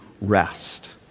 rest